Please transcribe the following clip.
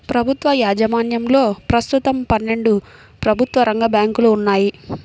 ప్రభుత్వ యాజమాన్యంలో ప్రస్తుతం పన్నెండు ప్రభుత్వ రంగ బ్యాంకులు ఉన్నాయి